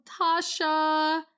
Tasha